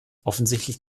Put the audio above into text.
offensichtlich